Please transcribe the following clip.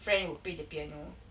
friend would play the piano